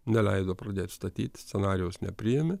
neleido pradėt statyt scenarijaus nepriėmė